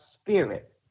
spirit